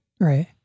Right